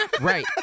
Right